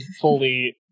fully